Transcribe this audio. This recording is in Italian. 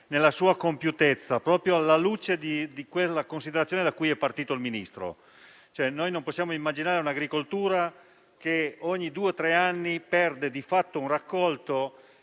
nella sua compiutezza, proprio alla luce della considerazione da cui è partito il Ministro; non possiamo immaginare un'agricoltura che ogni due o tre anni perde di fatto un raccolto;